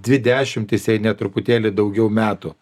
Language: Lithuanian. dvi dešimtis jei ne truputėlį daugiau metų